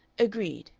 agreed,